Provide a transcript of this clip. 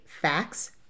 facts